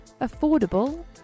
affordable